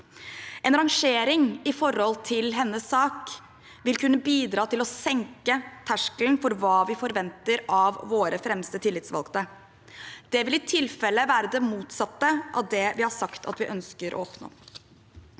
En rangering i forhold til hennes sak vil kunne bidra til å senke terskelen for hva vi forventer av våre fremste tillitsvalgte. Det vil i tilfelle være det motsatte av det vi har sagt at vi ønsker å oppnå.